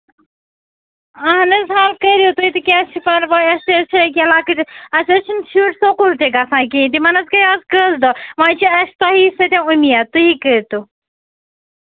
اَہن حظ حَل کٔرِو تُہۍ تہٕ کیٚنٛہہ چھُنہٕ پَرواے اَسہِ چھِ یہِ کیٛاہ لۄکٕٹۍ اَسہِ حظ چھِنہٕ شُرۍ سکوٗل تہِ گژھان کیٚنٛہہ تِمن حظ گٔے اَز کٔژ دۄہ وۅنۍ چھےٚ اَسہِ تُہی سۭتۍ اُمیٖد تُہی کٔرۍتَو